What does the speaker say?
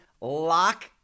lock